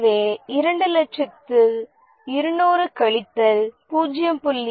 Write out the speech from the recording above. எனவே 200000 இல் 200 கழித்தல் 0